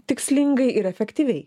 tikslingai ir efektyviai